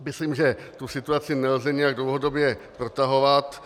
Myslím, že tu situaci nelze nijak dlouhodobě protahovat.